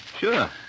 Sure